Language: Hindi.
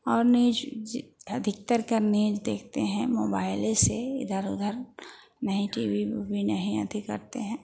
और नहीं अधिकतर करने देखते हैं मोबाइलों से इधर उधर नहीं टी वी ऊबी नहीं अधिक करते हैं